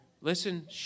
listen